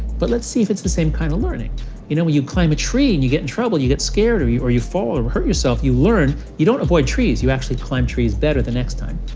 but let's see if it's the same kind of learning. you know when you climb a tree and you get in trouble, you get scared or you or you fall or hurt yourself, you learn, you don't avoid trees. you actually climb trees better the next time.